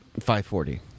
540